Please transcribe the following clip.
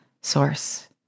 source